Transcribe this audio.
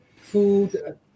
food